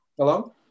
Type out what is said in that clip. Hello